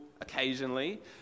occasionally